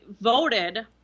voted